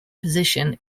position